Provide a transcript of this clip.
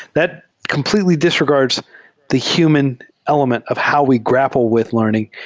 that completely disregards the human element of how we grapple with learn ing,